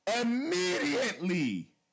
immediately